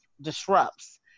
disrupts